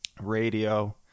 radio